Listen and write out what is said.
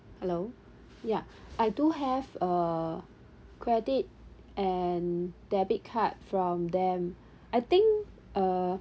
hello ya I do have a credit and debit card from them I think uh